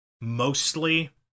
mostly